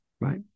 Right